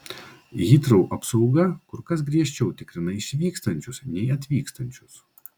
hitrou apsauga kur kas griežčiau tikrina išvykstančius nei atvykstančius